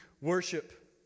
worship